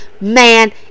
man